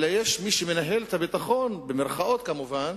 אלא שיש מי שמנהל את הביטחון, במירכאות כמובן,